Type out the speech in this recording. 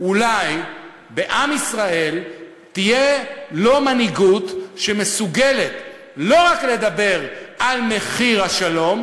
אולי בעם ישראל תהיה מנהיגות שמסוגלת לא רק לדבר על מחיר השלום,